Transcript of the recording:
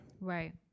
right